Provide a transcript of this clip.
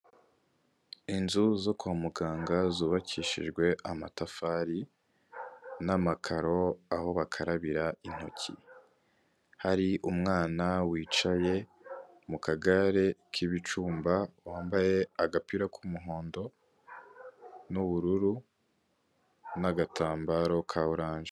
Inzu zo kwa muganga zubakishijwe amatafari n'amakaro aho bakarabira intoki, hari umwana wicaye mu kagare k'ibicumba wambaye agapira k'umuhondo n'ubururu n'agatambaro ka orange.